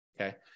Okay